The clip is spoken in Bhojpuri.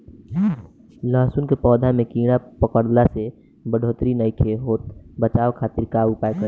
लहसुन के पौधा में कीड़ा पकड़ला से बढ़ोतरी नईखे होत बचाव खातिर का उपाय करी?